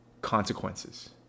consequences